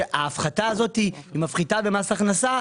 שההפחתה הזאת מפחיתה במס הכנסה,